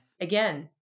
again